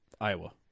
Iowa